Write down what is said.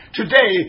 today